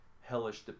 hellish